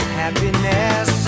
happiness